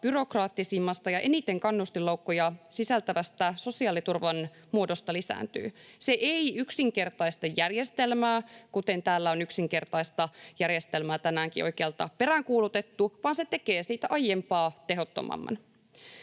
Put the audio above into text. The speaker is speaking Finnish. byrokraattisimmasta ja eniten kannustinloukkuja sisältävästä sosiaaliturvan muodosta lisääntyy. Se ei yksinkertaista järjestelmää, kuten täällä on yksinkertaista järjestelmää tänäänkin oikealta peräänkuulutettu, vaan se tekee siitä aiempaa tehottomamman.